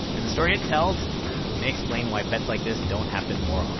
and the story it tells may explain why bets like this don't happen more often